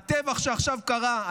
הטבח שעכשיו קרה,